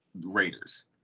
Raiders